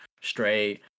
straight